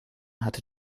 hat